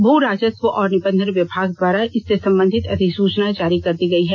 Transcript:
भू राजस्व और निबंधन विभाग द्वारा इससे संबंधित अधिसुचना जारी कर दी गई है